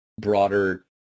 broader